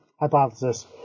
hypothesis